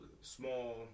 small